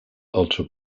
ultra